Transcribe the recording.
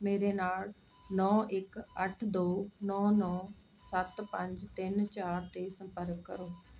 ਮੇਰੇ ਨਾਲ ਨੌਂ ਇੱਕ ਅੱਠ ਦੋ ਨੌਂ ਨੌਂ ਸੱਤ ਪੰਜ ਤਿੰਨ ਚਾਰ 'ਤੇ ਸੰਪਰਕ ਕਰੋ